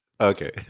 okay